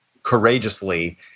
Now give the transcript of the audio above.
courageously